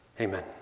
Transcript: Amen